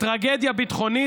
טרגדיה ביטחונית,